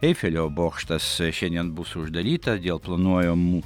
eifelio bokštas šiandien bus uždarytas dėl planuojamų